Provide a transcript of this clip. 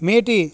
ಮೇಟಿ